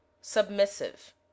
Submissive